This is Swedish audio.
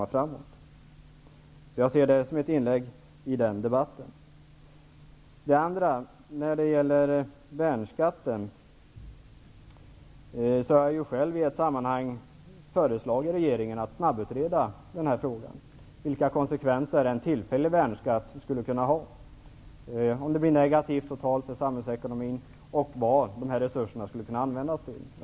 Jag ser alltså denna artikel som ett inlägg i debatten. När det gäller värnskatten har jag själv i ett sammanhang föreslagit regeringen att snabbutreda frågan, vilka konsekvenser en tillfällig värnskatt skulle kunna ha, om det blir negativt totalt för samhällsekonomin och vad resurserna skulle kunna användas till.